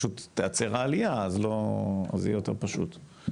בסופו של דבר תיעצר העלייה אז יהיה יותר פשוט,